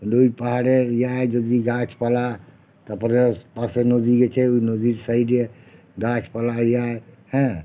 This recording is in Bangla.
লুই পাহাড়ের ইহায় যদি গাছপালা তারপরে পাশে নদী গেছে ওই নদীর সাইডে গাছপালা ইয়া হ্যাঁ